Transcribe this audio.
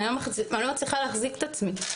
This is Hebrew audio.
אני לא מצליחה להחזיק את עצמי.